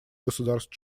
государств